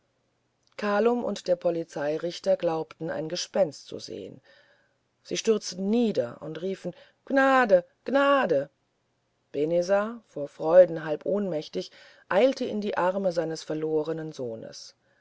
kalum und der polizeirichter glaubten ein gespenst zu sehen sie stürzten nieder und riefen gnade gnade benezar vor freuden halb ohnmächtig eilte in die arme seines verlorenen sohnes